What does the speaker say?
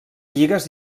lligues